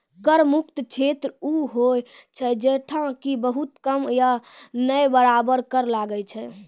कर मुक्त क्षेत्र उ होय छै जैठां कि बहुत कम कर या नै बराबर कर लागै छै